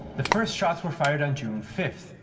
the first shots were fired on june fifth,